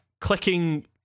clicking